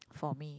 for me